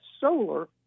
solar